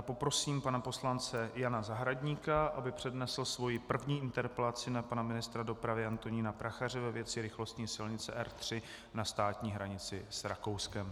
Poprosím pana poslance Jana Zahradníka, aby přednesl svoji první interpelaci na pana ministra dopravy Antonína Prachaře ve věci rychlostní silnice R3 na státní hranici s Rakouskem.